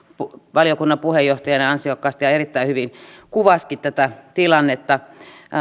valiokunnan puheenjohtajana ansiokkaasti ja erittäin hyvin kuvasikin tätä tilannetta